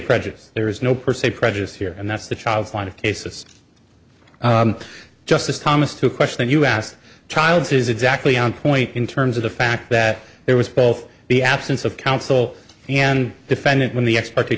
prejudice there is no per se prejudice here and that's the childs line of cases justice thomas to question you asked childs is exactly on point in terms of the fact that there was both the absence of counsel and defendant when the ex part